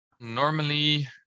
Normally